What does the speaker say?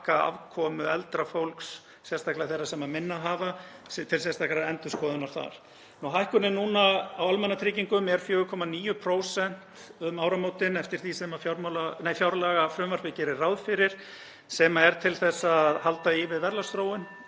að taka afkomu eldra fólks, sérstaklega þeirra sem minna hafa, til sérstakrar endurskoðunar þar. Hækkunin á almannatryggingum er 4,9% um áramótin eftir því sem fjárlagafrumvarpið gerir ráð fyrir, sem er til þess að halda í við verðlagsþróun,